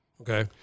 Okay